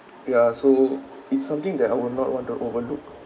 ya so it's something that I will not want to overlook